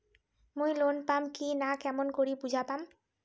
মুই লোন পাম কি না কেমন করি বুঝা পাম?